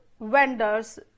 vendors